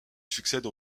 succède